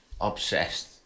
obsessed